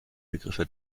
begriffe